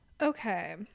Okay